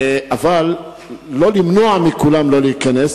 אבל לא למנוע מכולם להיכנס.